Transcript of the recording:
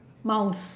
mouse